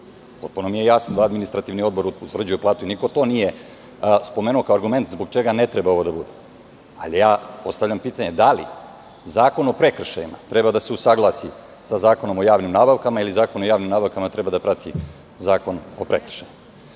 Potpuno mi je jasno da Administrativni odbor utvrđuje platu, niko to nije spomenuo kao argument zbog čega to ne treba da bude. Ali, ja postavljam pitanje – da li Zakon o prekršajima treba da se usaglasi sa Zakonom o javnim nabavkama ili Zakon o javnim nabavkama treba da prati Zakon o prekršajima?